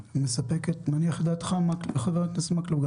זה מניח את דעתך חבר הכנסת מקלב?